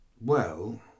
Well